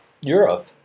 Europe